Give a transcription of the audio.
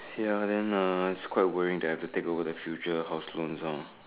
ya then uh it's quite worrying that I have to take over the future house loans lor